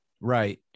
Right